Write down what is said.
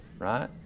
Right